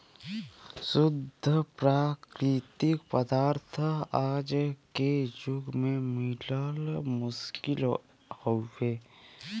शुद्ध प्राकृतिक पदार्थ आज के जुग में मिलल मुश्किल हउवे